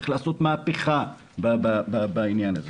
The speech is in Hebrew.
צריך לעשות מה פה בעניין הזה